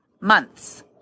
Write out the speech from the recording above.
months